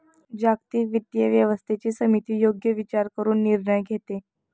जागतिक वित्तीय व्यवस्थेची समिती योग्य विचार करून निर्णय घेते